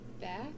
back